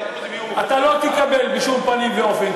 אתה לא תקבל בשום פנים ואופן,